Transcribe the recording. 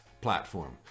platform